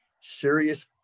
serious